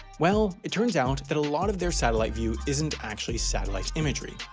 well, it turns out that a lot of their satellite view isn't actually satellite imagery.